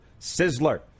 sizzler